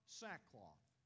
sackcloth